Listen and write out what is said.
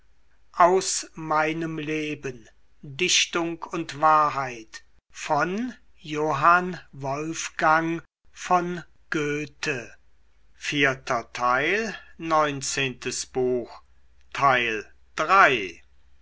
dichtung und wahrheit